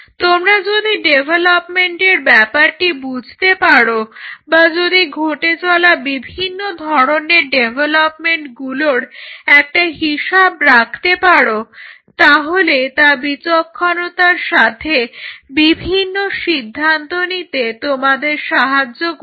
তোমরা যদি ডেভলপমেন্টের ব্যাপারটি বুঝতে পারো বা যদি ঘটে চলা বিভিন্ন ধরনের ডেভলপমেন্টগুলোর একটা হিসাব রাখতে পারো তাহলে তা বিচক্ষণতার সাথে বিভিন্ন সিদ্ধান্ত নিতে তোমাদের সাহায্য করবে